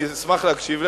אני אשמח להקשיב לך.